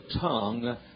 tongue